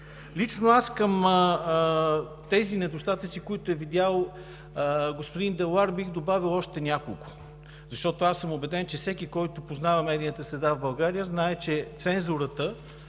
Лично аз към тези недостатъци, които е видял господин Делоар, бих добавил още няколко. Защото аз съм убеден, че всеки, който познава медийната среда в България, знае, че цензурата